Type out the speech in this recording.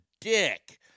dick